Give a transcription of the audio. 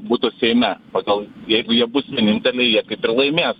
būtų seime pagal jeigu jie bus vieninteliai jie kaip laimės